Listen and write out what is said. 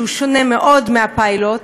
שהוא שונה מאוד מהפיילוט.